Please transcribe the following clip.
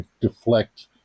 deflect